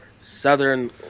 southern